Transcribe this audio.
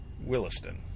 Williston